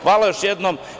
Hvala još jednom.